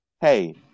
Hey